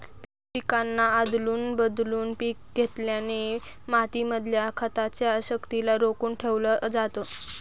पिकांना आदलून बदलून पिक घेतल्याने माती मधल्या खताच्या शक्तिला रोखून ठेवलं जातं